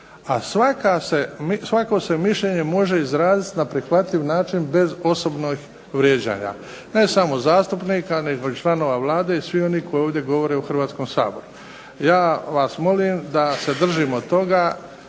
a svako se mišljenje može izraziti na prihvatljiv način bez osobnog vrijeđanja, ne samo zastupnika, nego i članova Vlade i svi oni koji ovdje govore u Hrvatskom saboru. Ja vas molim da se držimo toga,